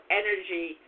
energy